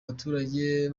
baturage